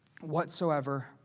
Whatsoever